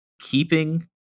keeping